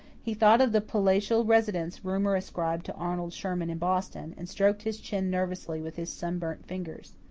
he thought of the palatial residence rumour ascribed to arnold sherman in boston, and stroked his chin nervously with his sunburnt fingers.